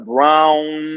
Brown